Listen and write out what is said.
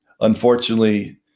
unfortunately